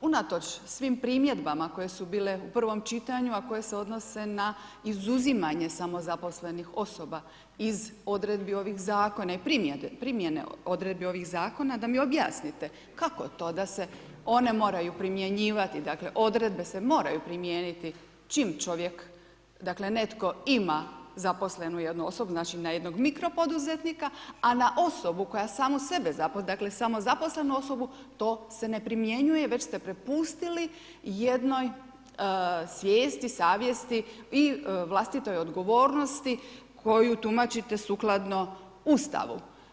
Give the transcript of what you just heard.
unatoč svim primjedbama koje su bile u prvom čitanju, a koje se odnose na izuzimanje samozaposlenih osoba iz odredbi ovog zakona i primjene odredbi ovog zakona, da mi objasnite kako to da se one moraju primjenjivati, dakle, odredbe se moraju primijeniti čim čovjek, dakle, netko ima zaposlenu jednu osobu, znači na jednoj mikropoduzetnika, a na osobu koja samu sebe zaposli, dakle, samozaposlenu osobu to se ne primjenjuje već ste prepustili jednoj svijesti, savjesti i vlastitoj odgovornosti koju tumačite sukladno Ustavu?